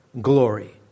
glory